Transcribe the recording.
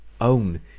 own